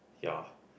ya